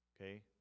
Okay